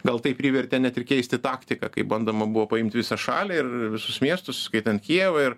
gal tai privertė net ir keisti taktiką kai bandoma buvo paimt visą šalį ir visus miestus įskaitant kijevą ir